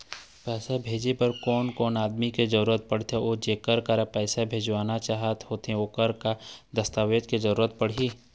पैसा भेजे बार कोन कोन आदमी के जरूरत पड़ते अऊ जेकर करा पैसा भेजवाना चाहत होथे ओकर का का दस्तावेज के जरूरत पड़ही?